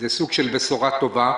אז זה סוג של בשורה טובה.